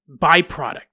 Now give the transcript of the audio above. byproduct